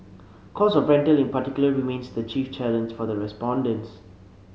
cost of rental in particular remains the chief challenge for the respondents